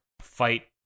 fight